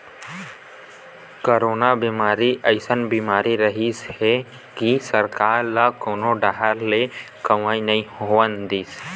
corona बेमारी अइसन बीमारी रिहिस हे कि सरकार ल कोनो डाहर ले कमई नइ होवन दिस